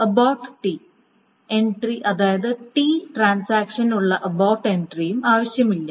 abort T entry അതായത് T ട്രാൻസാക്ഷനുള്ള abort എൻട്രിയും ആവശ്യമില്ല